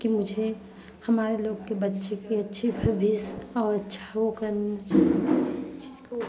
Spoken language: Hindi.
कि मुझे हमारे लोग के बच्चे की अच्छी परवरिश और अच्छा वो करना किसी चीज़ का वो